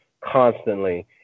constantly